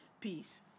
Peace